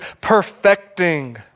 perfecting